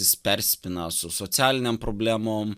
jis persipina su socialinėm problemom